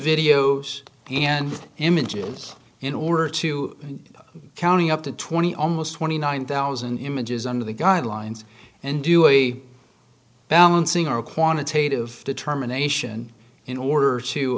videos and images in order to counting up to twenty almost twenty nine thousand dollars images under the guidelines and do a balancing our quantitative determination in order to